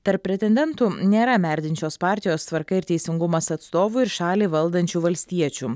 tarp pretendentų nėra merdinčios partijos tvarka ir teisingumas atstovų ir šalį valdančių valstiečių